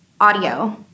audio